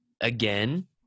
Again